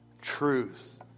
truth